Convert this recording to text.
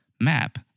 map